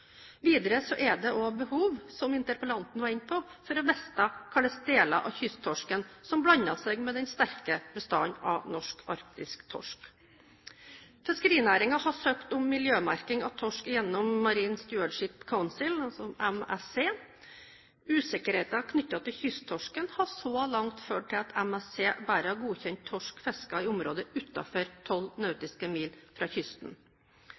Videre er det også behov for – som interpellanten var inne på – å vite hvilke deler av kysttorsken som blander seg med den sterke bestanden av norsk-arktisk torsk. Fiskerinæringen har søkt om miljømerking av torsk gjennom Marine Stewardship Council, MSC. Usikkerheten knyttet til kysttorsken har så langt ført til at MSC bare har godkjent torsk fisket i området utenfor tolv nautiske mil fra kysten.